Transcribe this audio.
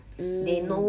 mmhmm